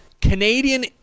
Canadian